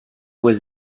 was